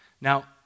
Now